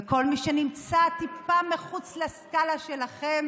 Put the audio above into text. וכל מי שנמצא טיפה מחוץ לסקלה שלכם